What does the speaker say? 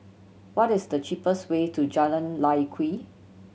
what is the cheapest way to Jalan Lye Kwee